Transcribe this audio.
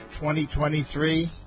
2023